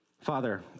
Father